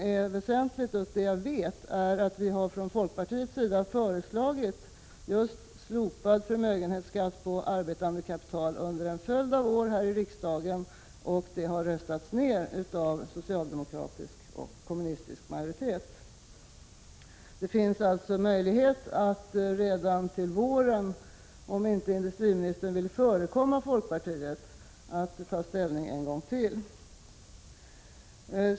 Det väsentliga — och det jag vet — är att vi från folkpartiet under en följd av år här i riksdagen har föreslagit just ett slopande av förmögenhetsskatten på arbetande kapital och att det förslaget har röstats ned av en socialdemokratisk och kommunistisk majoritet. Men det finns möjlighet — om inte industriministern vill förekomma folkpartiet — att redan till våren ta ställning till den frågan ytterligare en gång.